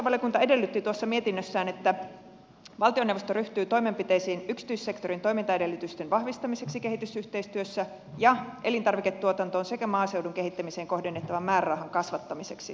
ulkoasiainvaliokunta edellytti mietinnössään että valtioneuvosto ryhtyy toimenpiteisiin yksityissektorin toimintaedellytysten vahvistamiseksi kehitysyhteistyössä ja elintarviketuotantoon sekä maaseudun kehittämiseen kohdennettavan määrärahan kasvattamiseksi